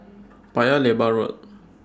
Paya Lebar Road